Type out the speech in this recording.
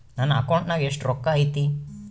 ನನ್ನ ಅಕೌಂಟ್ ನಾಗ ಎಷ್ಟು ರೊಕ್ಕ ಐತಿ?